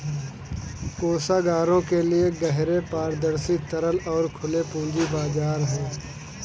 कोषागारों के लिए गहरे, पारदर्शी, तरल और खुले पूंजी बाजार हैं